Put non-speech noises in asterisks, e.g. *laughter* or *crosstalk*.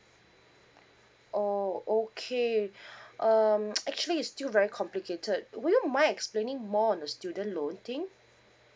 oh okay *breath* um *noise* actually it's still very complicated will you mind explaining more on the student loan thing